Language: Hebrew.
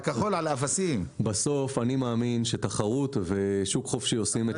אני מאמין שתחרות ושוק חופשי עושים את